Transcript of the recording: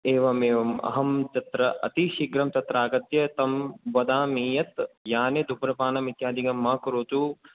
एवम् एवम् अहं तत्र अतिशीघ्रं तत्र आगत्य तं वदामि यत् याने धूम्रपानमित्यादिकं मा करोतु